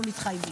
אנחנו מתחייבים.